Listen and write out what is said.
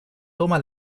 toma